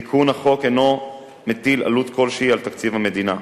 תיקון החוק אינו מטיל עלות כלשהי על תקציב המדינה,